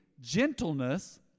gentleness